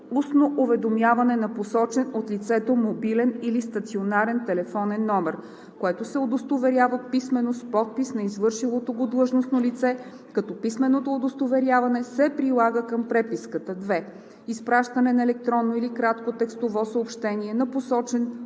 устно уведомяване на посочен от лицето мобилен или стационарен телефонен номер, което се удостоверява писмено с подпис на извършилото го длъжностно лице, като писменото удостоверяване се прилага към преписката; 2. изпращане на електронно или кратко текстово съобщение на посочен